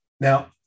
Now